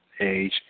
age